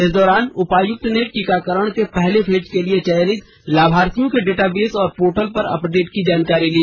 इस दौरान उपायुक्त ने टीकाकरण के पहले फेज के लिए चयनित लाभार्थियों के डेटाबेस और पोर्टल पर अपडेट की जानकारी ली